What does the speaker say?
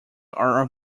are